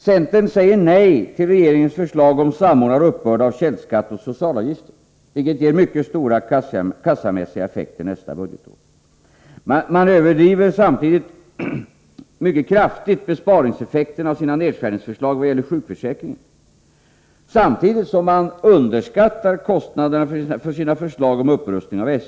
Centern säger nej till regeringens förslag om en samordnad uppbörd av källskatt och socialavgifter, vilket ger mycket stora kassamässiga effekter nästa budgetår. Man överdriver mycket kraftigt besparingseffekterna av sina nedskärningsförslag i fråga om sjukförsäkringen samtidigt som man underskattar kostnaderna när det gäller centerns förslag om en upprustning av SJ.